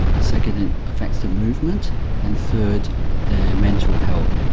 second it affects the movement and third their mental health.